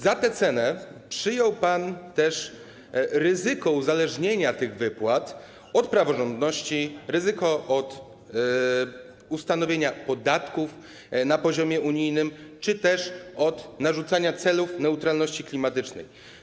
Za tę cenę przyjął pan też ryzyko uzależnienia tych wypłat od praworządności, od ustanowienia podatków na poziomie unijnym czy też od narzucenia celów neutralności klimatycznej.